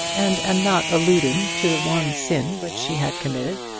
and am not alluding to the one sin which she had committed.